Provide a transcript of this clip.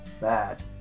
bad